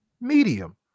medium